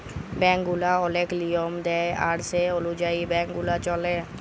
bank গুলা ওলেক লিয়ম দেয় আর সে অলুযায়ী ব্যাংক গুলা চল্যে